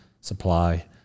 supply